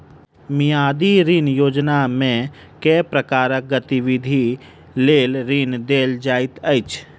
मियादी ऋण योजनामे केँ प्रकारक गतिविधि लेल ऋण देल जाइत अछि